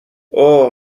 اوه